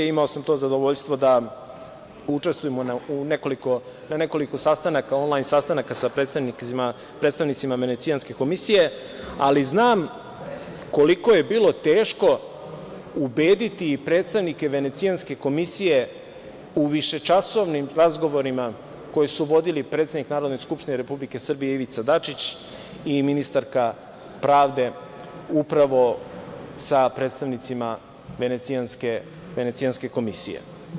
Imao sam to zadovoljstvo da učestvujem na nekoliko sastanaka, onlajn sastanaka sa predstavnicima Venecijanske komisije, ali znam koliko je bilo teško ubediti predstavnike Venecijanske komisije u višečasovnim razgovorima koje su vodili predsednik Narodne skupštine Republike Srbije Ivica Dačić i ministarka pravde, upravo sa predstavnicima Venecijanske komisije.